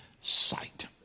sight